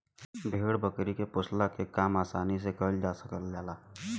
भेड़ बकरी के पोसला के काम आसानी से कईल जा सकल जाला